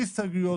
בלי הסתייגויות.